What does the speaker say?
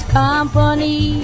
company